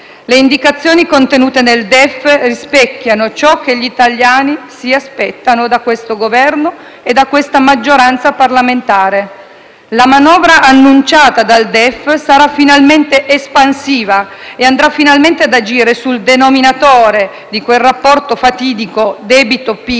Le indicazioni contenute nel DEF rispecchiano ciò che gli italiani si aspettano da questo Governo e da questa maggioranza parlamentare. La manovra annunciata dal DEF sarà finalmente espansiva e andrà finalmente ad agire sul denominatore di quel rapporto fatidico debito/PIL